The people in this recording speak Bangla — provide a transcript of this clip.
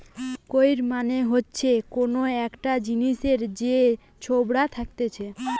কৈর মানে হচ্ছে কোন একটা জিনিসের যে ছোবড়া থাকতিছে